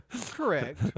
Correct